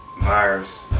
myers